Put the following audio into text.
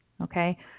Okay